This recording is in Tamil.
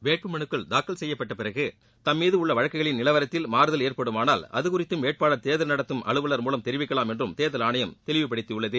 வேட்பு மனு தாக்கல் செய்யப்பட்ட பிறகு தம்மீது உள்ள வழக்குகளின் நிலவரத்தில் மாறுதல் ஏற்படுமானால் அது குறித்தும் வேட்பாளர் தேர்தல் நடத்தும் அலுவலர் மூலம் தெரிவிக்கலாம் என்றும் தேர்தல் ஆணையம் தெளிவுபடுத்தியுள்ளது